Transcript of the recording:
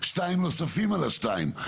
שניים נוספים על השניים.